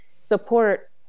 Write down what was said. support